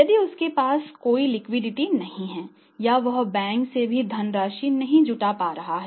यदि उसके पास कोई लिक्विडिटी लिखा जाता है